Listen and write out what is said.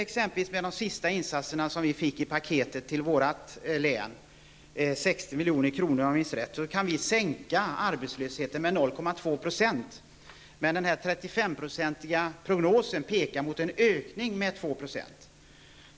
Genom de sista insatserna i paketet till vårt län, 60 milj.kr., kan vi sänka arbetslösheten med 0,2 %. Men den 35-procentiga prognosen pekar mot en ökning av arbetslösheten med 2 %.